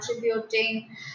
contributing